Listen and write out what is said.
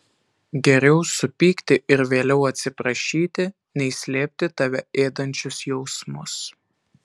geriau supykti ir vėliau atsiprašyti nei slėpti tave ėdančius jausmus